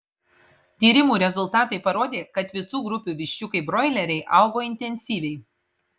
tyrimų rezultatai parodė kad visų grupių viščiukai broileriai augo intensyviai